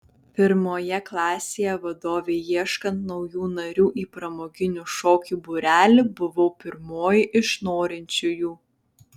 pirmoje klasėje vadovei ieškant naujų narių į pramoginių šokių būrelį buvau pirmoji iš norinčiųjų